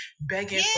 begging